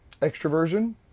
extroversion